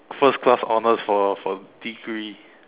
first class honors for for degree